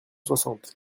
soixante